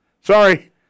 Sorry